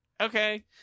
okay